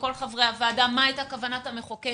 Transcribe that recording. וכל יתר חברי הוועדה מה הייתה כוונת המחוקק.